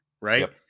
right